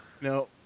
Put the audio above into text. No